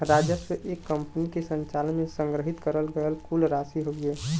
राजस्व एक कंपनी के संचालन में संग्रहित करल गयल कुल राशि हउवे